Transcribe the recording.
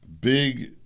big